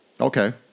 Okay